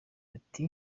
ati